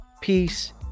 Peace